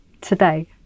today